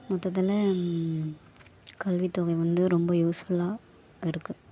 மொத்ததில் கல்வித்தொகை வந்து ரொம்ப யூஸ்ஃபுல்லாக இருக்கு